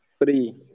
three